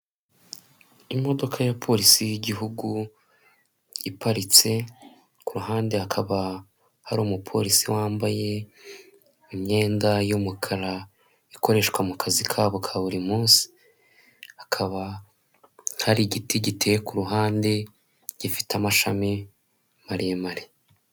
Imodoka ya polisi y'igihugu iparitse, ku ruhande hakaba hari umuporisi wambaye imyenda y'umukara, ikoreshwa mu kazi kabo ka buri munsi, hakaba hari igiti giteye ku ruhande, gifite amashami maremare.